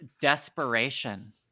desperation